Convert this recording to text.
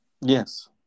Yes